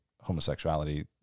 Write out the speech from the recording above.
homosexuality